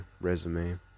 resume